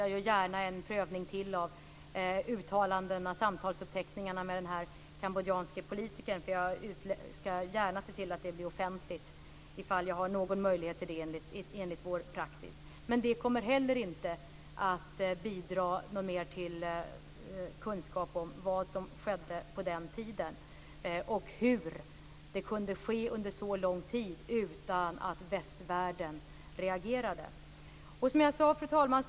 Jag gör gärna en prövning till av uttalandena och samtalsuppteckningarna med den kambodjanska politikern. Jag ska gärna se till att det blir offentligt ifall jag har någon möjlighet enligt vår praxis. Men det kommer heller inte att bidra till någon mer kunskap om vad som skedde på den tiden och hur det kunde ske under så lång tid utan att västvärlden reagerade. Fru talman!